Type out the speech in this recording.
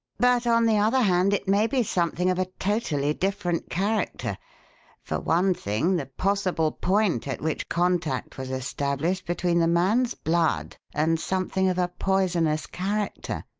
but on the other hand, it may be something of a totally different character for one thing, the possible point at which contact was established between the man's blood and something of a poisonous character.